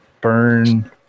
burn